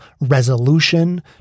resolution